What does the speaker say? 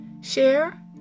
share